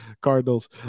Cardinals